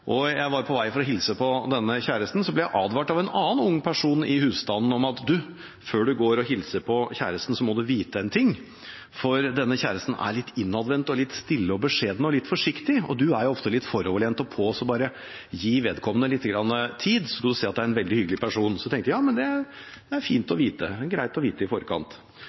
Jeg var på vei for å hilse på denne kjæresten, og jeg ble advart av en annen ung person i husstanden: Før du går og hilser på kjæresten, må du vite en ting, at denne kjæresten er litt innadvendt, litt stille og beskjeden og forsiktig, og du er ofte litt foroverlent og «på», så bare gi vedkommende lite grann tid, så skal du se at det er en veldig hyggelig person. Ja, det er greit å vite i forkant, tenkte jeg. Så går jeg inn og